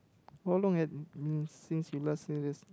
how long had it been since you last seen this